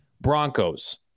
Broncos